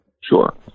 Sure